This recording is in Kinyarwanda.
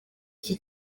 iki